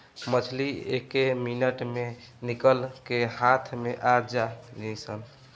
मछली एके मिनट मे निकल के हाथ मे आ जालीसन